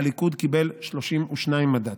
הליכוד קיבל 32 מנדטים.